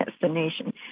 destination